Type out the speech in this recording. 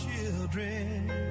children